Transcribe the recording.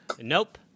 Nope